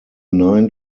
nine